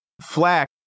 Flack